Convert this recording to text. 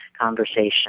Conversation